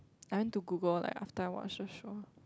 I went to Google like after I watched the show